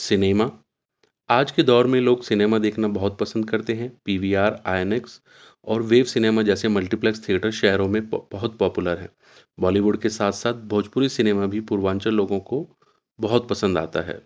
cinema آج کے دور میں لوگ سنیما دیکھنا بہت پسند کرتے ہیں P V R INOX اور ویو سنیما جیسے ملٹیپلیکس تھیئٹر شہروں میں بہت پاپولر ہے بالی ووڈ کے ساتھ ساتھ بھوجپوری سنیما بھی پوروانچل لوگوں کو بہت پسند آتا ہے